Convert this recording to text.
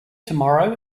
tomorrow